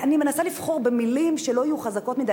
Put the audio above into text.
אני מנסה לבחור במלים שלא יהיו חזקות מדי,